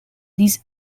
these